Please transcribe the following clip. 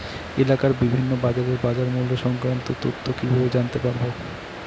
এলাকার বিভিন্ন বাজারের বাজারমূল্য সংক্রান্ত তথ্য কিভাবে জানতে পারব?